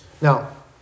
Now